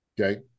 Okay